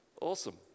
Awesome